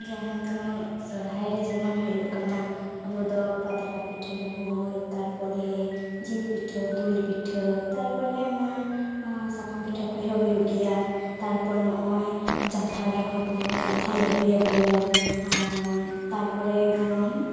ᱡᱟᱦᱟᱸ ᱫᱚ ᱥᱚᱦᱚᱨᱟᱭ ᱨᱮ ᱡᱮᱢᱚᱱ ᱦᱩᱭᱩᱜ ᱠᱟᱱᱟ ᱟᱵᱚ ᱫᱚ ᱯᱟᱛᱲᱟ ᱯᱤᱴᱷᱟᱹᱭᱟᱵᱩᱱ ᱛᱟᱨᱯᱚᱨᱮ ᱡᱤᱞ ᱯᱤᱴᱷᱟᱹ ᱫᱩᱞ ᱯᱤᱴᱷᱟᱹ ᱛᱟᱨᱯᱚᱨ ᱟᱭᱢᱟ ᱥᱟᱠᱟᱢ ᱯᱤᱴᱷᱟᱹ ᱠᱩᱪ ᱦᱚᱸ ᱦᱩᱭᱩᱜ ᱜᱮᱭᱟ ᱛᱟᱨᱯᱚᱨ ᱱᱚᱜᱼᱚᱭ ᱡᱟᱱᱛᱷᱟᱲ ᱨᱮᱦᱚᱸ ᱵᱚᱱ ᱡᱟᱱᱛᱷᱟᱲ ᱞᱟᱹᱰᱩᱭᱟᱵᱚᱱ ᱛᱟᱨᱯᱚᱨᱮ ᱵᱚᱱ